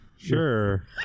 Sure